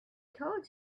told